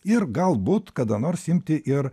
ir galbūt kada nors imti ir